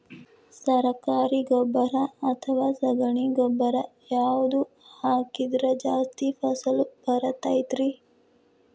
ಸರಕಾರಿ ಗೊಬ್ಬರ ಅಥವಾ ಸಗಣಿ ಗೊಬ್ಬರ ಯಾವ್ದು ಹಾಕಿದ್ರ ಜಾಸ್ತಿ ಫಸಲು ಬರತೈತ್ರಿ?